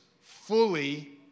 fully